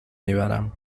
میبرم